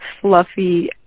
fluffy